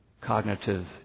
Cognitive